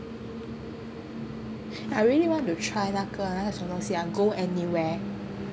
I really want to try 那个那个什么 sia go anywhere